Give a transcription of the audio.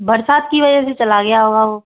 बरसात की वजह से चला गया होगा वह